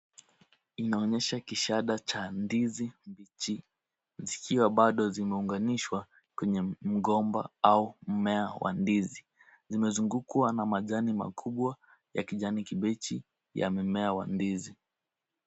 Inaonyesha kishada cha ndizi mbichi zikiwa bado zimeunganishwa kwenye mgomba au mmea wa ndizi. Zimezungukwa na majani makubwa ya kijani kibichi ya mmea wa ndizi.